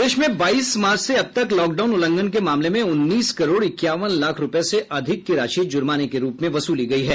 प्रदेश में बाईस मार्च से अब तक लॉकडाउन उल्लंघन के मामले में उन्नीस करोड इक्यावन लाख रुपये से अधिक की राशि जुर्माने के रूप में वसूली गयी है